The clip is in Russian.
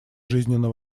жизненно